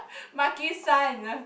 Makisan